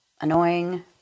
annoying